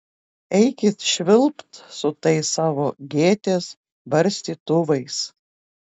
eikit švilpt su tais savo gėtės barstytuvais